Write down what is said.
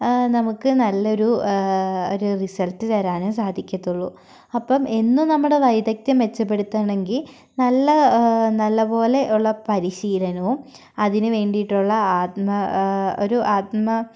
നമുക്ക് നല്ലൊരു ഒരു റിസൽട്ട് തരാനും സാധിക്കത്തുള്ളു അപ്പോ എന്നും നമ്മുടെ വൈദഗ്ദ്ധ്യം മെച്ചപ്പെടുത്താണെങ്കിൽ നല്ല നല്ലപോലെ ഉള്ള പരിശീലനവും അതിനു വേണ്ടിയിട്ടുള്ള ആത്മ ഒരു ആത്മ